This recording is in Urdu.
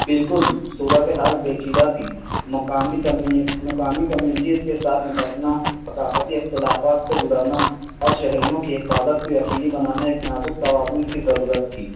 بالکل صورت حال پیچیدہ تھی مقامی کمیون مقامی کمیونیٹیز کے ساتھ نپٹنا ثقافتی اختلافات سے گزرنا اور شہریوں کی حفاظت کو یقینی بنانا ایک نازک توازن کی ضرورت تھی